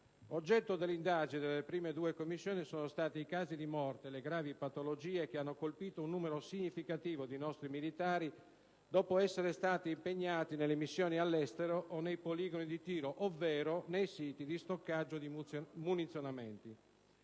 Oggetto dell'indagine delle prime due Commissioni sono stati i casi di morte e le gravi patologie che hanno colpito un numero significativo di nostri militari dopo essere stati impegnati nelle missioni all'estero o nei poligoni di tiro, ovvero nei siti di stoccaggio di munizionamenti.